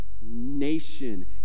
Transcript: nation